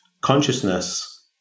consciousness